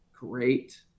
great